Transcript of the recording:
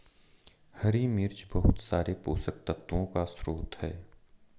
हरी मिर्च बहुत सारे पोषक तत्वों का स्रोत है